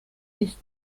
ist